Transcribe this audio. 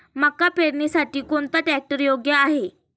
मका पेरणीसाठी कोणता ट्रॅक्टर योग्य आहे?